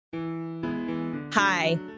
Hi